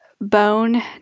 bone